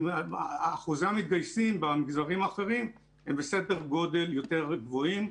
אחוזי המתגייסים במגזרים האחרים הם בסדר גודל יותר גבוהים,